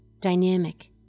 dynamic